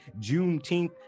Juneteenth